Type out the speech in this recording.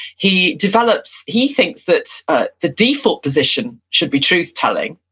he develops, he thinks that ah the default position should be truth telling,